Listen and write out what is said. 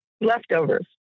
leftovers